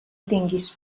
tingues